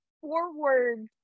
forward